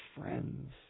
friends